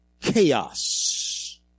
chaos